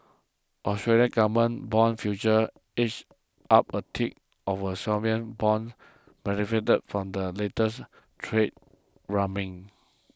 Australian government bond futures edged up a tick of sovereign bonds benefited from the latest trade rumblings